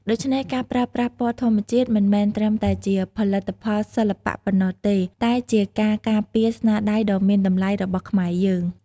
ដូច្នេះ ការប្រើប្រាស់ពណ៌ធម្មជាតិមិនមែនត្រឹមតែជាផលិតផលសិល្បៈប៉ុណ្ណោះទេ តែជាការការពារស្នាដៃដ៏មានតម្លៃរបស់ខ្មែរយើង។